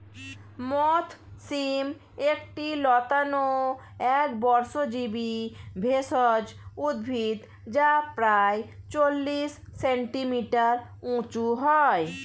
মথ শিম একটি লতানো একবর্ষজীবি ভেষজ উদ্ভিদ যা প্রায় চল্লিশ সেন্টিমিটার উঁচু হয়